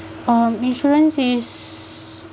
um insurance is